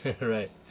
right